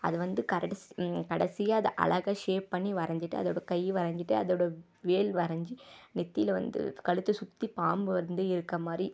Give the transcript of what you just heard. அது வந்து கரடு கடைசியா அதை அழகாக ஷேப் பண்ணி வரைஞ்சிட்டு அதோடய கை வரைஞ்சிட்டு அதோடய வேல் வரைஞ்சி நெற்றில வந்து கழுத்தை சுற்றி பாம்பு வந்து இருக்கற மாதிரி